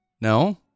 No